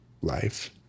life